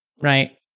right